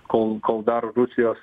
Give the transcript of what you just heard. kol kol dar rusijos